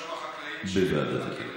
ושם החקלאים, בוודאי.